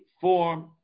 form